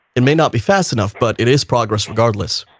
it may not be fast enough, but it is progress. regardless,